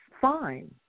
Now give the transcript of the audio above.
fine